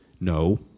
no